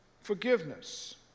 Forgiveness